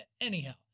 anyhow